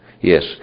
Yes